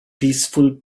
peaceful